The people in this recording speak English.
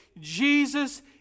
Jesus